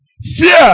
Fear